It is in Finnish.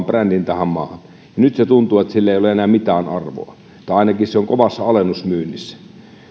brändin tähän maahan ja nyt tuntuu että sillä ei ole enää mitään arvoa tai ainakin se on kovassa alennusmyynnissä